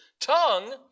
tongue